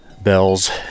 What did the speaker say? bells